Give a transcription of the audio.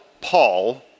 Paul